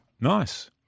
Nice